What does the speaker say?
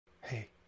Hey